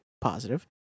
positive